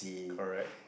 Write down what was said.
correct